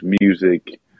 music